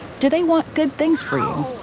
do they want good things for you?